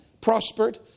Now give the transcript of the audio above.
prospered